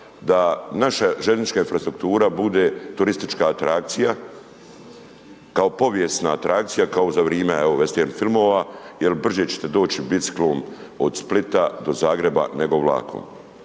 da naša željeznička infrastruktura bude turistička atrakcija, kao povijesna atrakcija, kao za vrime evo vestern filmova jer brže ćete doći biciklom od Splita do Zagreba nego vlakom.